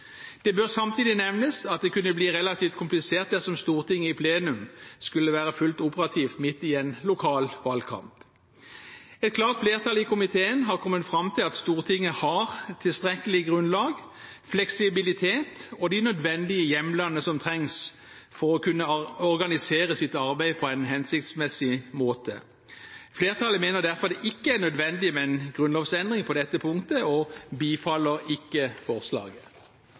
Det bør samtidig nevnes at det kunne bli relativt komplisert dersom Stortinget i plenum skulle være fullt operativt midt en lokal valgkamp. Et klart flertall i komiteen har kommet fram til at Stortinget har tilstrekkelig grunnlag, fleksibilitet og de nødvendige hjemlene som trengs for å kunne organisere sitt arbeid på en hensiktsmessig måte. Flertallet mener derfor at det ikke er nødvendig med en grunnlovsendring på dette punktet, og bifaller ikke forslaget.